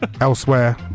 Elsewhere